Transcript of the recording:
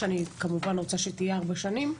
שאני כמובן רוצה שהיא תיארך ארבע שנים,